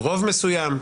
ברוב מסוים,